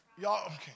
y'all